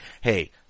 hey